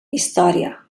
història